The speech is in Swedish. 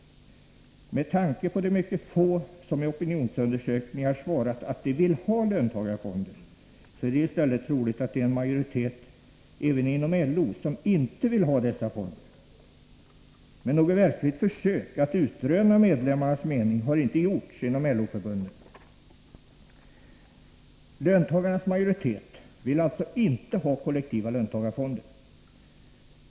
Med tanke på de mycket få LO-medlemmar som i opinionsundersökningar svarat att de vill ha löntagarfonder är det i stället troligt att en majoritet även inom LO inte vill ha dessa fonder. Men något verkligt försök att utröna medlemmarnas mening har inte gjorts inom LO-förbunden. En majoritet av löntagarna vill alltså inte ha kollektiva löntagarfonder.